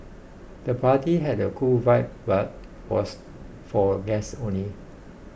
the party had a cool vibe but was for guests only